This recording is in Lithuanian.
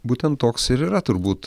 būtent toks ir yra turbūt